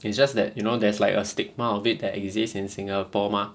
it's just that you know there's like a stigma of it that exist in singapore mah